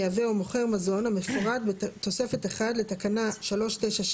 מייבא או מוכר מזון המפורט בתוספת 1 לתקנה 396/2005,